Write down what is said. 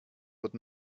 would